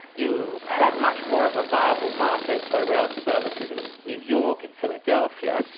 you had much more of a viable market for rail services in new york, in philadelphia,